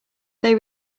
they